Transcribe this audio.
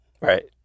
Right